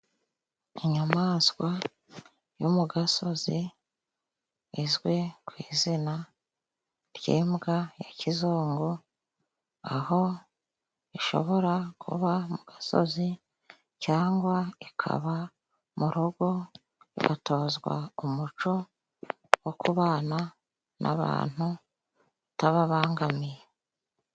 Inyamaswa yo mu gasozi，izwi ku izina ry'imbwa ya kizungu， aho ishobora kuba mu gasozi cyangwa ikaba murugo， igatozwa umuco wo kubana n'abantu itababangamiye.